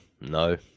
no